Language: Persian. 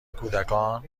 کودکان